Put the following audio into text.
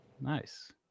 nice